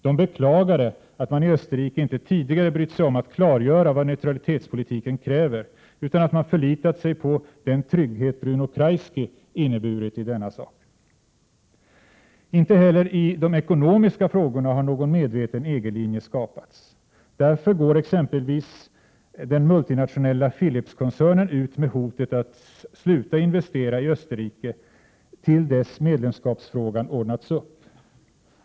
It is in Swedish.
De beklagade att man i Österrike inte tidigare brytt sig om att klargöra vad neutralitetspolitiken kräver, utan att man förlitat sig på den trygghet Bruno Kreisky inneburit i denna sak. Inte heller i de ekonomiska frågorna har någon medveten EG-linje skapats. Därför går exempelvis den multinationella Philipskoncernen ut med hotet att sluta investera i Österrike till dess medlemskapsfrågan ordnats upp.